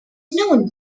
known